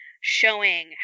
showing